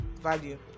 value